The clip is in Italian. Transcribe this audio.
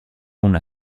una